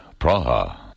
Praha